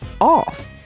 off